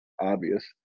obvious